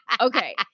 Okay